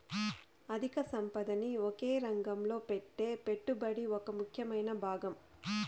అధిక సంపదని ఒకే రంగంలో పెట్టే పెట్టుబడి ఒక ముఖ్యమైన భాగం